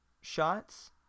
shots